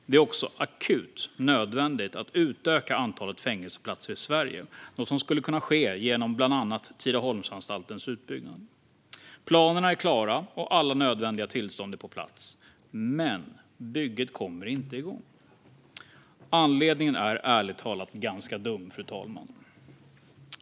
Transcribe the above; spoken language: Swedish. Det är akut nödvändigt att utöka antalet fängelseplatser i Sverige, något som skulle kunna ske genom bland annat Tidaholmsanstaltens utbyggnad. Planerna är klara, och alla nödvändiga tillstånd är på plats. Men bygget kommer inte igång. Anledningen är ärligt talat ganska dum, fru talman.